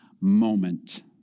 moment